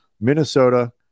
Minnesota